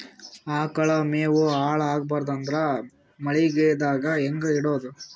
ಆಕಳ ಮೆವೊ ಹಾಳ ಆಗಬಾರದು ಅಂದ್ರ ಮಳಿಗೆದಾಗ ಹೆಂಗ ಇಡೊದೊ?